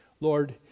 Lord